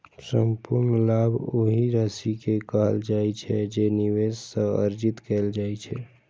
संपूर्ण लाभ ओहि राशि कें कहल जाइ छै, जे निवेश सं अर्जित कैल जाइ छै